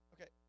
Okay